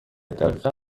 دقیقا